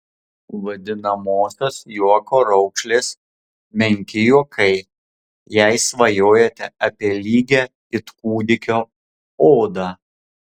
vadinamosios juoko raukšlės menki juokai jei svajojate apie lygią it kūdikio odą